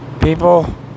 people